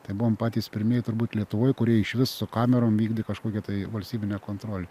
tai buvom patys pirmieji turbūt lietuvoj kurie išvis su kamerom vykdė kažkokią tai valstybinę kontrolę